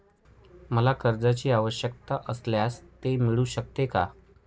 मला कर्जांची आवश्यकता असल्यास ते मिळू शकते का?